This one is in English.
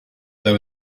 there